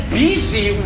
busy